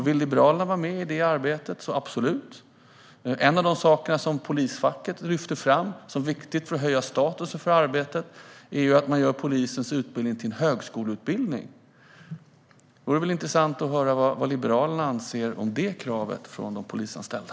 Vill Liberalerna vara med i det arbetet, så absolut! En av de saker som polisfacket lyfter fram som viktiga för att höja statusen för arbetet är att man gör polisens utbildning till en högskoleutbildning. Det vore intressant att höra vad Liberalerna anser om det kravet från de polisanställda.